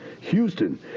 Houston